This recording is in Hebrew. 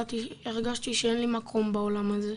הרגשתי שאין לי מקום בעולם הזה,